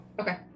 okay